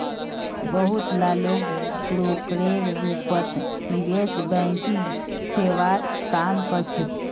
बहुत ला लोग ब्रोकरेर रूपत निवेश बैंकिंग सेवात काम कर छेक